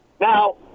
Now